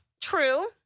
true